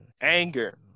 anger